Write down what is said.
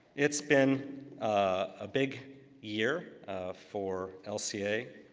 it's been a big year for lca,